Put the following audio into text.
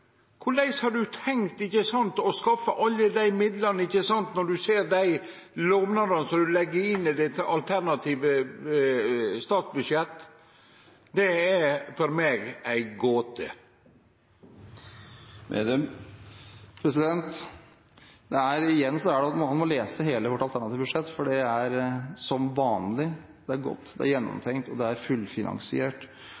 Korleis har han tenkt å skaffe alle desse midlane – når ein ser dei lovnadene som er lagde inn i Senterpartiets alternative statsbudsjett? Det er for meg ei gåte. Igjen: Man må lese hele vårt alternative budsjett, for det er som vanlig godt, det er